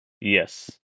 Yes